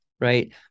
right